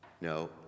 No